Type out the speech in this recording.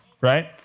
right